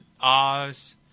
Oz